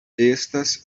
estas